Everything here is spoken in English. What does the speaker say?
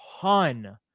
ton